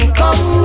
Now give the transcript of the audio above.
come